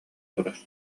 турар